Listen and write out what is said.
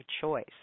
choice